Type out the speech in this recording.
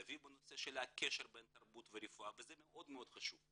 אביב בנושא של הקשר בין תרבות ורפואה וזה מאוד חשוב.